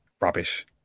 rubbish